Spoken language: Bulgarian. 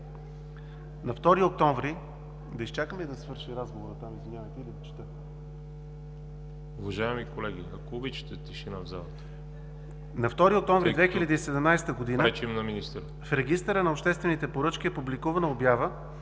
На 2 октомври 2017 г. в Регистъра на обществените поръчки е публикувана обява